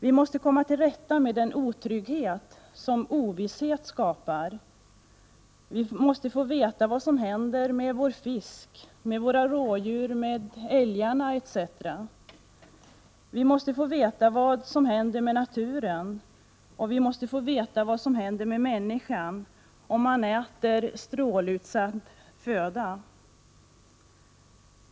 Vi måste komma till rätta med den otrygghet som ovisshet skapar. Vi måste få veta vad som händer med fisk, rådjur, älgar etc. Vi måste få veta vad som händer med naturen, och vi måste få veta vad som händer med människan, om hon äter av strålutsatt föda.